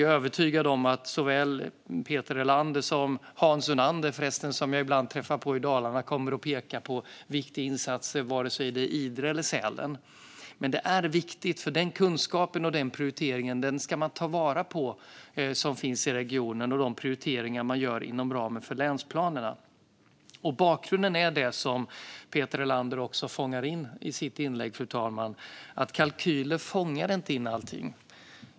Jag är övertygad om att såväl Peter Helander som Hans Unander, som jag ibland träffar på i Dalarna, kommer att peka på viktiga insatser, vare sig det är i Idre eller i Sälen. Det är viktigt, för man ska ta vara på den kunskap som finns i regionen och de prioriteringar man gör inom ramen för länsplanerna. Bakgrunden är det som även Peter Helander tar upp i sitt inlägg, fru talman - att kalkyler inte fångar in allting.